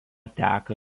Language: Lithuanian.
teka